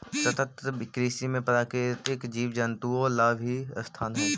सतत कृषि में प्राकृतिक जीव जंतुओं ला भी स्थान हई